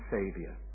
Saviour